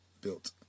built